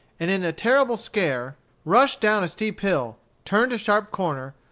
and in a terrible scare rushed down a steep hill, turned a sharp corner,